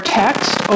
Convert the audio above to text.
text